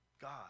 God